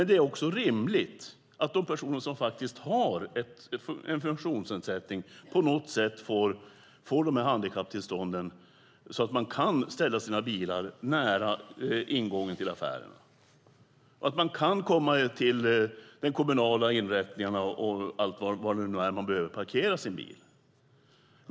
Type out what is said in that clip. Det är dock rimligt att de personer som har en funktionsnedsättning får dessa handikapptillstånd så att de kan ställa sina bilar nära ingången till affären och kan ta sig till kommunala inrättningar eller var man behöver parkera sin bil.